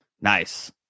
Nice